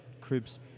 Cribs